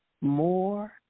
more